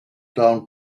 town